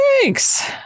Thanks